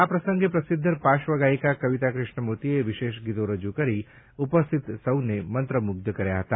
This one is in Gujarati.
આ પ્રસંગે પ્રસિદ્ધ પાશ્વગાયિકા કવિતા કૃષ્ણમૂર્તિએ વિશેષ ગીતો રજૂ કરી ઉપસ્થિત સૌને મંત્રમુગ્ધ કર્યા હતા